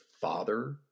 father